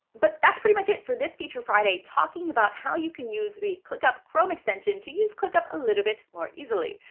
but that's pretty much it for this feature friday talking about how you can use the clickup chrome extension to use clickup a little bit more easily.